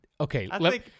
Okay